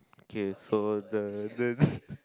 K so the the